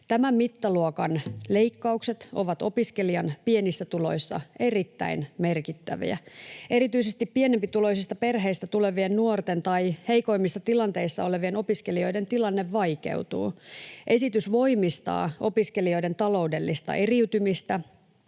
Tämän mittaluokan leikkaukset ovat opiskelijan pienissä tuloissa erittäin merkittäviä. Erityisesti pienempituloisista perheistä tulevien nuorten tai heikoimmissa tilanteissa olevien opiskelijoiden tilanne vaikeutuu. Esitys voimistaa opiskelijoiden taloudellista eriytymistä,